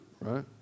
right